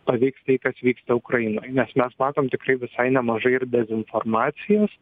paveiks tai kas vyksta ukrainoj nes mes matom tikrai visai nemažai dezinformacijos